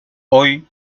hoy